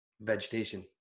vegetation